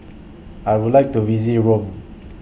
I Would like to visit Rome